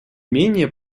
менее